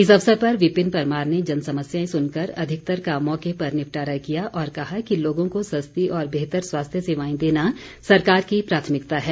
इस अवसर पर विपिन परमार ने जन समस्याएं सुनकर अधिकतर का मौके पर निपटारा किया और कहा कि लोगों को सस्ती और बेहतर स्वास्थ्य सेवाएं देना सरकार की प्राथमिकता है